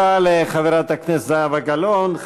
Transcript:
תודה לחברת הכנסת זהבה גלאון.